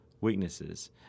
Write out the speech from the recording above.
weaknesses